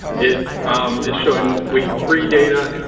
it is showing week three data.